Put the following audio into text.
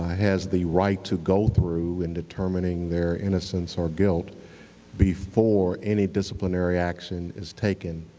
has the right to go through in determining their innocence or guilt before any disciplinary action is taken.